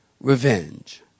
revenge